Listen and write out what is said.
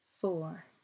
four